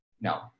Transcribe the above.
No